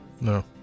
No